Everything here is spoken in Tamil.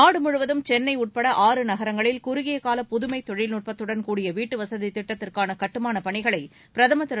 நாடு முழுவதும் சென்னை உட்பட ஆறு நகரங்களில் குறுகிய கால புதமை தொழில்நட்பத்துடன் கூடிய வீட்டு வசதி திட்டத்திற்கான கட்டுமான பணிகளை பிரதமர் திரு